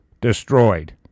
Destroyed